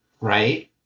right